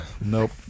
Nope